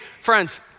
friends